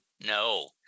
no